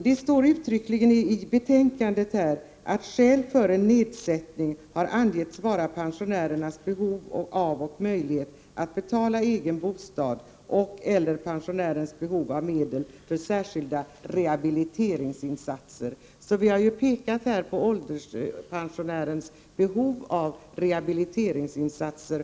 Det står uttryckligen i betänkandet att skäl för nedsättning har angetts vara pensionärens behov av och möjlighet att betala egen bostad och/eller pensionärens behov av medel för särskilda rehabiliteringsinsatser. Vi har alltså här pekat på ålderspensionärens behov av rehabiliteringsinsatser.